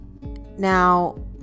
Now